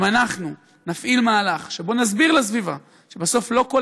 אם אנחנו נפעיל מהלך שבו נסביר לסביבה שבסוף לא כל